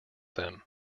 them